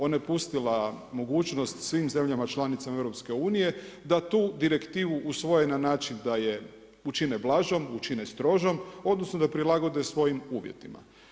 Ona je pustila mogućnost svim zemljama članicama EU-a da tu direktivu usvoje na način da je učine blažom, učine strožom, odnosno da je prilagode svojim uvjetima.